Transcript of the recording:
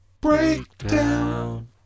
breakdown